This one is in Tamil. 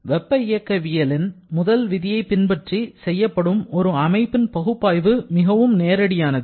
வெப்ப இயக்கவியலின் முதல் விதியைப் பின்பற்றி செய்யப்படும் ஒரு அமைப்பின் பகுப்பாய்வு மிகவும் நேரடியானது